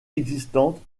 existantes